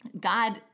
God